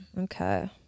Okay